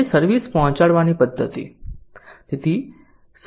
પછી સર્વિસ પહોંચાડવાની પદ્ધતિ